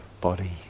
body